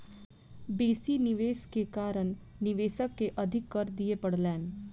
बेसी निवेश के कारण निवेशक के अधिक कर दिअ पड़लैन